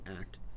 Act